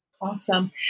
Awesome